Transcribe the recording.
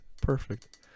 Perfect